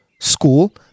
school